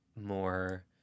more